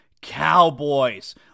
Cowboys